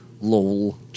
Lol